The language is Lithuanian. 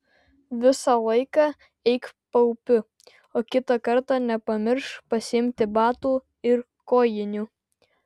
visą laiką eik paupiu o kitą kartą nepamiršk pasiimti batų ir kojinių